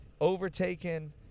overtaken